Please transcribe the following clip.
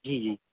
جی جی